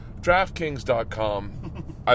draftkings.com